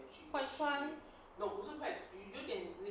快穿